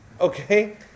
Okay